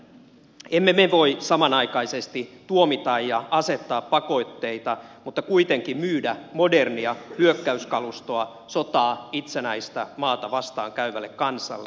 emme me voi samanaikaisesti tuomita ja asettaa pakotteita mutta kuitenkin myydä modernia hyökkäyskalustoa sotaa itsenäistä maata vastaan käyvälle kansalle